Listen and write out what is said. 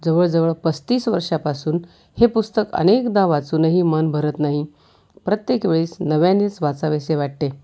जवळजवळ पस्तीस वर्षापासून हे पुस्तक अनेकदा वाचूनही मन भरत नाही प्रत्येक वेळेस नव्यानेच वाचावेसे वाटते